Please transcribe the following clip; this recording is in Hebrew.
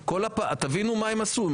תבינו מה הם עשו.